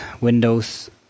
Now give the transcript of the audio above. Windows